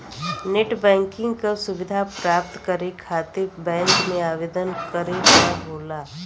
net banking क सुविधा प्राप्त करे खातिर बैंक में आवेदन करे क होला